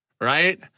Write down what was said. right